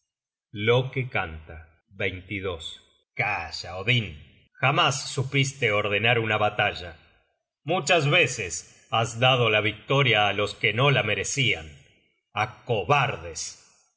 hombres loke canta calla odin jamás supiste ordenar una batalla muchas veces has dado la victoria á los que no la merecían á cobardes